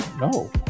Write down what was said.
No